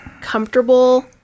comfortable